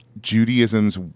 Judaism's